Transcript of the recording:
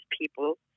people